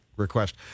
request